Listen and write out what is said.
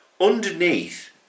Underneath